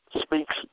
speaks